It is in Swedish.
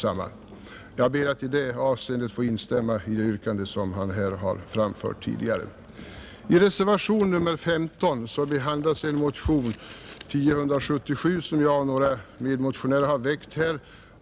I det avseendet ber jag att få instämma i det yrkande som herr Karlsson tidigare har framfört. I reservationen 15 behandlas en motion, nr 1077, som jag och några medmotionärer har väckt.